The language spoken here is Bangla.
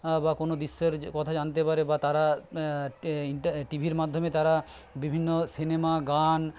বা কোনো বিশ্বের কথা জানতে পারে বা তারা ইন্টার টিভি মাধ্যমে তারা বিভিন্ন সিনেমা গান